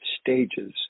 stages